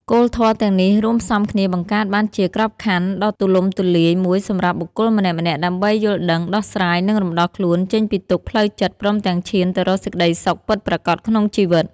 គោលធម៌ទាំងនេះរួមផ្សំគ្នា បង្កើតបានជាក្របខ័ណ្ឌដ៏ទូលំទូលាយមួយសម្រាប់បុគ្គលម្នាក់ៗដើម្បីយល់ដឹង ដោះស្រាយ និងរំដោះខ្លួនចេញពីទុក្ខផ្លូវចិត្ត ព្រមទាំងឈានទៅរកសេចក្តីសុខពិតប្រាកដក្នុងជីវិត។